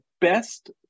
best